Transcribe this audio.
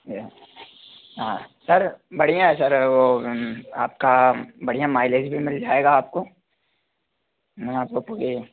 या हाँ सर बढ़िया है सर वह आपका बढ़िया माइलेज भी मिल जाएगा आपको वहाँ आपको कोई